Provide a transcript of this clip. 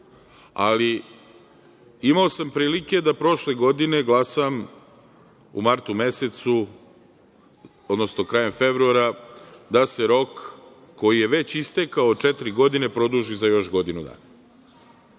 ali imao sam prilike da prošle godine glasam u martu mesecu, odnosno krajem februara da se rok koji je već istekao četiri godine produži za još godinu dana.